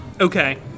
Okay